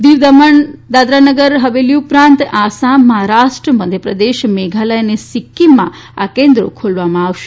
દીવ દમણ ઉપરાંત આસામ મહારાષ્ટ્ર મધ્યપ્રદેશ મેઘાલય અને સીકકીમમાં આ કેન્દ્રો ખોલવામાં આવશે